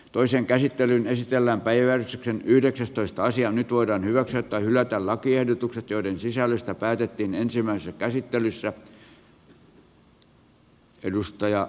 toisen käsittelyn esitellään päiväys on yhdeksästoista sija nyt voidaan hyväksyä tai hylätä lakiehdotukset joiden sisällöstä päätettiin ensimmäisessä käsittelyssä